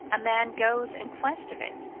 a man goes in quest of it.